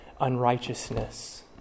unrighteousness